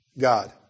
God